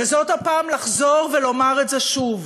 וזאת הפעם לחזור ולומר את זה שוב,